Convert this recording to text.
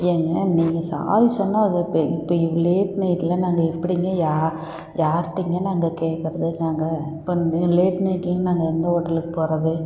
ஏங்க நீங்கள் ஸாரி சொன்னால் அது இப்போ இப்போ லேட் நைட்டில் நாங்கள் எப்படிங்க யா யார்ட்டிங்க நாங்கள் கேட்கறது நாங்கள் இப்போ இன்னும் லேட் நைட்டில் நாங்கள் எந்த ஹோட்டலுக்குப் போகிறது